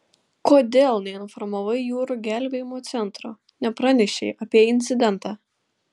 kodėl neinformavai jūrų gelbėjimo centro nepranešei apie incidentą